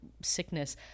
sickness